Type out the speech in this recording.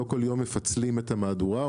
לא כל יום מפצלים את המהדורה,